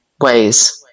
ways